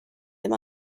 them